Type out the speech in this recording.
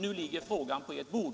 Nu ligger frågan på ert bord.